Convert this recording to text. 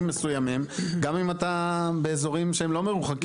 מסוימים גם אם אתה באזורים שהם לא מרוחקים.